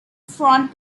front